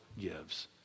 gives